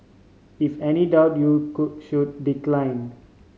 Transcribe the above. if any doubt you could should decline